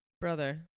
brother